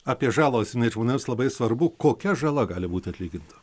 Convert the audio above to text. apie žalą užsiminėt žmonėms labai svarbu kokia žala gali būti atlyginta